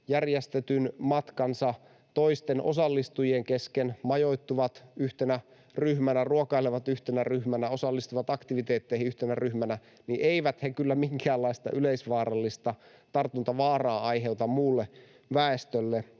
järjestetyn matkansa toisten osallistujien kesken, majoittuvat yhtenä ryhmänä, ruokailevat yhtenä ryhmänä, osallistuvat aktiviteetteihin yhtenä ryhmänä, minkäänlaista yleisvaarallista tartuntavaaraa aiheuta muulle väestölle.